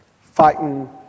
fighting